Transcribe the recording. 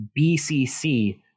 BCC